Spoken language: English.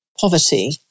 poverty